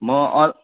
म अर्क